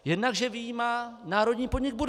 Jednak že vyjímá národní podnik Budvar.